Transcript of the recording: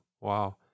Wow